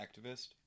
activist